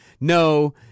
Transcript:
no